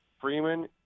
Freeman